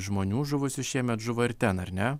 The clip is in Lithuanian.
žmonių žuvusių šiemet žūva ir ten ar ne